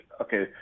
Okay